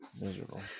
Miserable